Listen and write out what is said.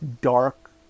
dark